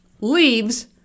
Leaves